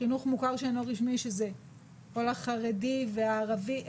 שזה כל החרדי והערבי,